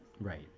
Right